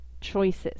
choices